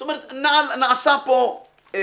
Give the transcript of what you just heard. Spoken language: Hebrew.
זאת אומרת, נעשתה פה חשיבה,